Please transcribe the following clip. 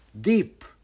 deep